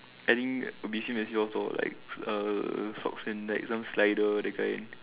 I think will be same as yours or like err socks and like some slider that kind